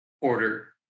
order